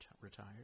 retired